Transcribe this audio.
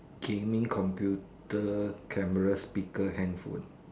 gaming computer camera speaker handphone